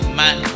man